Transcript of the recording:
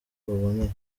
buboneye